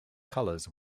colours